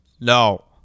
no